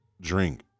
drink